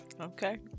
Okay